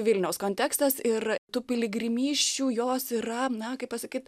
vilniaus kontekstas ir tų piligrimysčių jos yra na kaip pasakyt